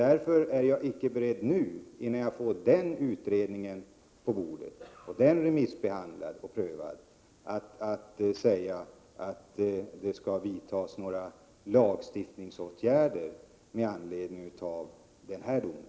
Därför är jag icke beredd att innan jag får den utredningen på bordet, remissbehandlad och prövad, säga att det skall vidtas några lagstiftningsåtgärder med anledning av den här domen.